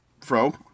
Fro